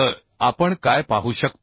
तर आपण काय पाहू शकतो